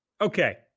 Okay